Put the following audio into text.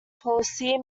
policy